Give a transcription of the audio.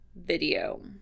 video